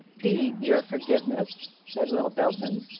d your forgiveness, said will belton.